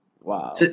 Wow